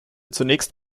zunächst